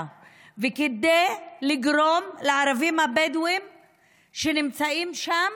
וכדי לגרום לערבים הבדואים שנמצאים שם,